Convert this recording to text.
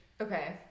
Okay